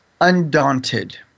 undaunted